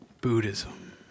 Buddhism